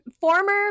former